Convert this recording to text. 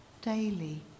daily